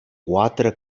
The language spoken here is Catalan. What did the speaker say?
quatre